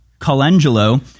Colangelo